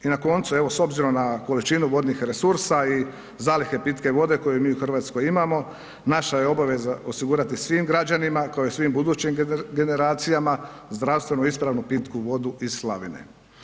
I na koncu, evo, s obzirom na količinu vodnih resursa i zalihe pitke vode koju mi u Hrvatskoj imamo, naša je obaveza osigurati svim građanima, kao i svim budućim generacijama, zdravstveno ispravnu pitku vodu iz slavine.